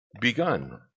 begun